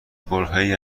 برههای